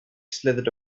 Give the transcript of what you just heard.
slithered